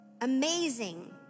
amazing